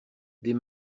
des